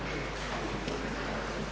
Hvala vama.